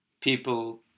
people